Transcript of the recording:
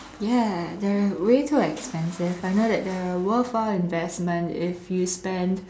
ya they're way too expensive I know that they're worthwhile investment if you spend